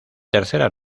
tercera